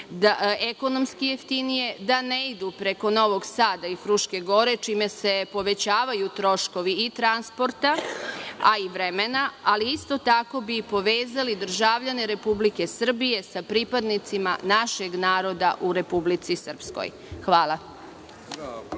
ekonomski jeftinije, da ne idu preko Novog Sada i Fruške Gore, čime se povećavaju troškovi i transporta i vremena, ali isto tako bi povezali državljane Republike Srbije sa pripadnicima našeg naroda u Republici Srpskoj. Hvala.